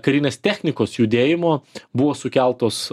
karinės technikos judėjimo buvo sukeltos